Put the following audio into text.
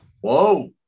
Whoa